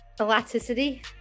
elasticity